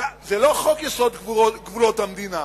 זה לא חוק-יסוד: גבולות המדינה,